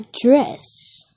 dress